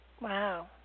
Wow